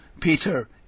Peter